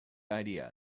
idea